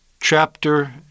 chapter